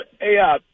hey